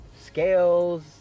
scales